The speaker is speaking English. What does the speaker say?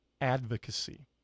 advocacy